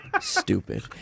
Stupid